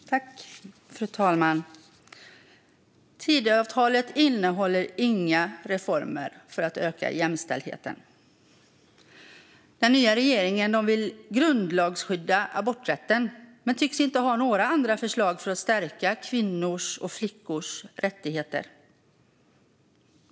Fru talman! Tidöavtalet innehåller inga reformer för att öka jämställdheten. Regeringen vill grundlagsskydda aborträtten men tycks inte ha några andra förslag för att stärka kvinnors och flickors rättigheter.